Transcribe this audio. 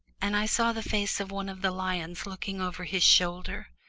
and i saw the face of one of the lions looking over his shoulder,